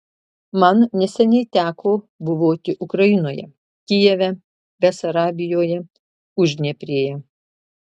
man neseniai teko buvoti ukrainoje kijeve besarabijoje uždnieprėje